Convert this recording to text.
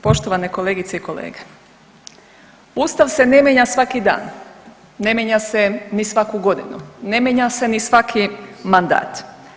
Poštovane kolegice i kolege, Ustav se ne mijenja svaki dan, ne mijenja se ni svaku godinu, ne mijenja se ni svaki mandat.